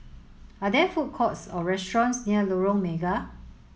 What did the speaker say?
are there food courts or restaurants near Lorong Mega